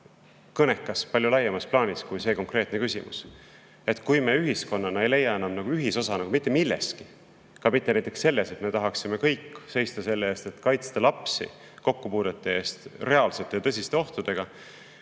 kõnekas palju laiemas plaanis kui see konkreetne küsimus. Kui me ühiskonnana ei leia enam ühisosa mitte milleski, ka mitte selles, et me tahaksime kõik seista selle eest, et kaitsta lapsi kokkupuudete eest reaalsete ja tõsiste ohtudega,